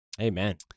Amen